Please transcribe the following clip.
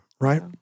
right